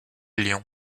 lyon